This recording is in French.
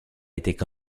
étaient